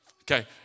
Okay